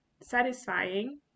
satisfying